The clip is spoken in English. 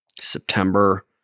September